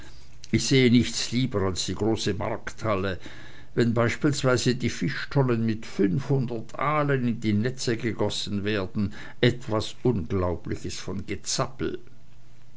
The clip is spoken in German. ich sehe nichts lieber als die große markthalle wenn beispielsweise die fischtonnen mit fünfhundert aalen in die netze gegossen werden etwas unglaubliches von gezappel